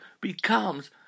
becomes